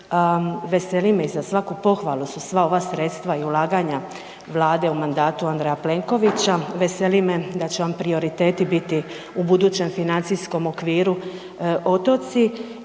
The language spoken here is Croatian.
veseli me i za svaku pohvalu su sva ova sredstva i ulaganja Vlade u mandatu Andreja Plenkovića. Veseli me da će vam prioriteti biti u budućem financijskom okviru otoci